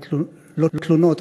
לא תלונות,